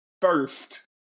first